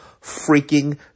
freaking